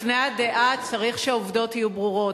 לפני הדעה צריך שהעובדות יהיו ברורות.